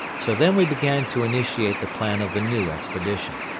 so then we began to initiate the plan of the new expedition.